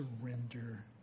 surrender